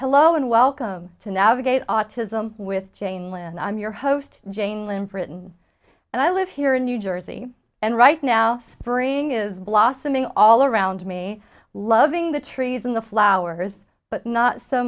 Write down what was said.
hello and welcome to navigate autism with jane land i'm your host jane lind britain and i live here in new jersey and right now spring is blossoming all around me loving the trees and the flowers but not so